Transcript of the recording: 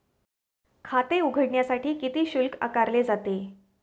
खाते उघडण्यासाठी किती शुल्क आकारले जाते?